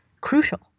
crucial